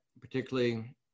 particularly